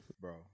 Bro